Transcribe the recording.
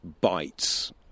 bites